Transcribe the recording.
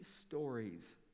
stories